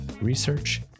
research